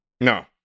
No